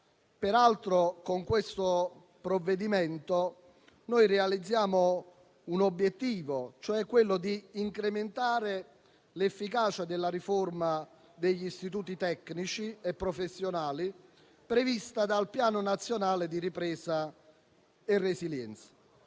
Peraltro, con questo provvedimento realizziamo l'obiettivo di incrementare l'efficacia della riforma degli istituti tecnici e professionali prevista dal Piano nazionale di ripresa e resilienza,